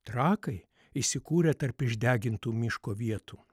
trakai įsikūrė tarp išdegintų miško vietų